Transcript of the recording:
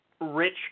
Rich